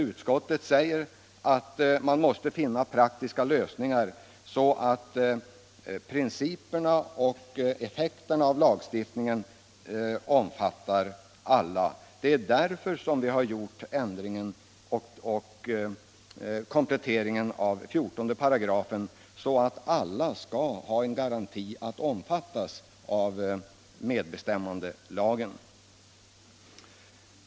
Utskottet säger också att man måste finna praktiska lösningar så att principerna och effekten av lagstiftningen omfattar alla. Det är därför som vi har gjort ändringen och kompletteringen av 14 § i lagförslaget så att alla, jag understryker det än en gång, skall ha en garanti för att omfattas av medbestämmandelagen.